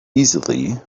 easily